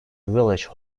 village